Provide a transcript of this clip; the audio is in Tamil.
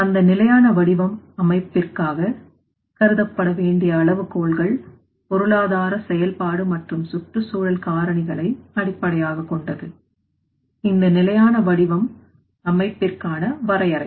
அந்த நிலையான வடிவம் அமைப்பிற்காக கருதப்பட வேண்டிய அளவுகோல்கள்பொருளாதார செயல்பாடு மற்றும் சுற்றுச்சூழல் காரணிகளை அடிப்படையாகக் கொண்டது இந்த நிலையான வடிவம் அமைப்பிற்கான வரையறை